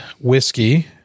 whiskey